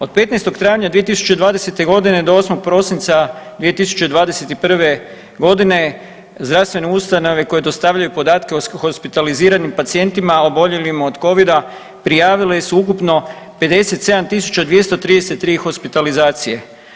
Od 15. travnja 2020.g. do 8. prosinca 2021.g. zdravstvene ustanove koje dostavljaju podatke o hospitaliziranim pacijentima oboljelima od covida prijavile su ukupno 57.233 hospitalizacije.